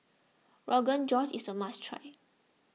Rogan Josh is a must try